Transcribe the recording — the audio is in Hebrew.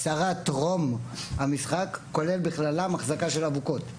10 טרום המשחק, כולל אחזקה של אבוקות.